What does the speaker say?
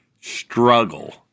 struggle